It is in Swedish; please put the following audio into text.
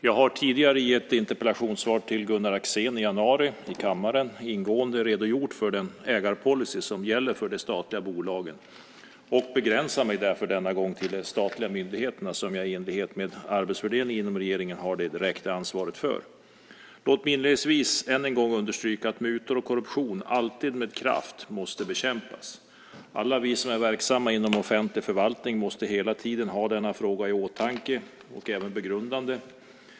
Jag har tidigare i ett interpellationssvar till Gunnar Axén i januari i kammaren ingående redogjort för den ägarpolicy som gäller för de statliga bolagen, och begränsar mig därför denna gång till de statliga myndigheterna, som jag i enlighet med arbetsfördelningen inom regeringen har det direkta ansvaret för. Låt mig inledningsvis än en gång understryka att mutor och korruption alltid med kraft måste bekämpas. Alla vi som är verksamma inom offentlig förvaltning måste hela tiden ha denna fråga i åtanke och begrundande.